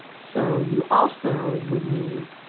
so you also would need,